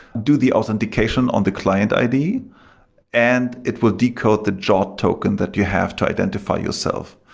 do the authentication on the client id and it will decode the jwt token that you have to identify yourself,